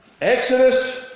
Exodus